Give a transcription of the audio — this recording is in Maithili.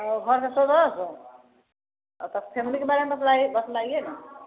घर मे सब रहै छऽ तऽ फैमिली के बारे मे बतलाइए न